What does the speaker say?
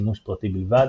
לשימוש פרטי בלבד.